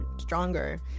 stronger